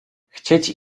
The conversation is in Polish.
chcieć